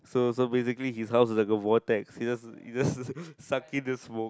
so so basically his house is like a vortex he just he just suck in the smoke